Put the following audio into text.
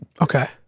Okay